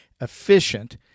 efficient